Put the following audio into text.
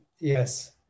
yes